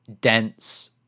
dense